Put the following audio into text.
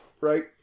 right